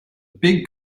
big